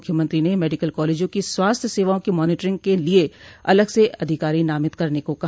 मुख्यमंत्री ने मेडिकल कॉलेजों की स्वास्थ्य सेवाओं की मॉनीटरिंग के लिये अलग से अधिकारी नामित करने को कहा